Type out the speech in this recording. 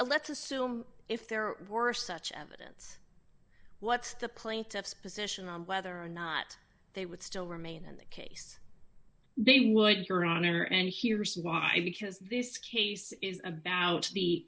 a let's assume if there were such evidence what's the plaintiff's position on whether or not they would still remain in the case they would your honor and here is why because this case is about the